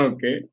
Okay